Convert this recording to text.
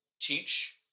teach